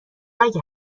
اگه